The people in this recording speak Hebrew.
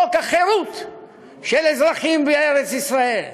חוק החירות של אזרחים בארץ-ישראל,